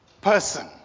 person